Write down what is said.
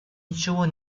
ничего